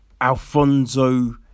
Alfonso